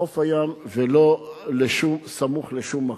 בחוף הים, ולא סמוך לשום מקום.